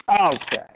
Okay